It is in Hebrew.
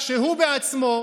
כשהוא בעצמו,